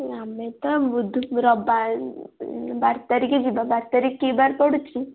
ଆମେ ତ ବୁଧବାର ବାର ତାରିଖ ଯିବା ବାର ତାରିଖ କି ବାର ପଡ଼ୁଛି